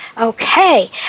Okay